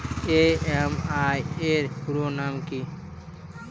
EMI এর পুরোনাম কী?